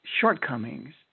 shortcomings